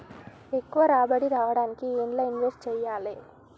ఎక్కువ రాబడి రావడానికి ఎండ్ల ఇన్వెస్ట్ చేయాలే?